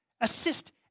assist